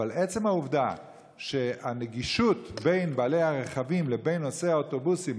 אבל עצם העובדה שבין בעלי הרכבים לבין נוסעי האוטובוסים